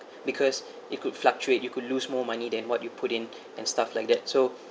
because it could fluctuate you could lose more money than what you put in and stuff like that so